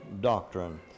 doctrine